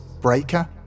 Breaker